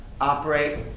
operate